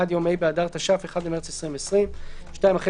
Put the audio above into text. עד יום ה' באדר התש"ף (1 במרס 2020)." 2. אחרי